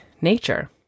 nature